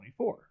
24